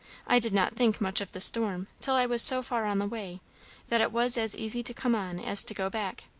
i did not think much of the storm, till i was so far on the way that it was as easy to come on as to go back.